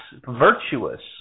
virtuous